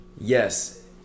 Yes